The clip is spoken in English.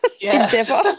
endeavor